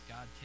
God